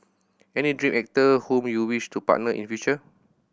any dream actor whom you wish to partner in future